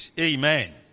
Amen